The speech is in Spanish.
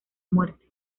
muerte